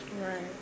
Right